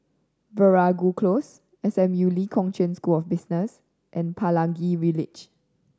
Veeragoo Close S M U Lee Kong Chian School of Business and Pelangi Village